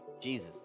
Jesus